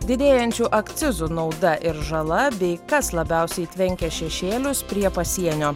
didėjančių akcizų nauda ir žala bei kas labiausiai tvenkia šešėlius prie pasienio